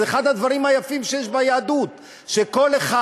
זה אחד הדברים היפים שיש ביהדות, שכל אחד